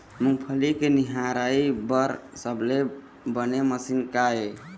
मूंगफली के निराई बर सबले बने मशीन का ये?